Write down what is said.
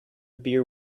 beer